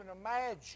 imagine